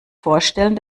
vorstellen